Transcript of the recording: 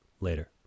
Later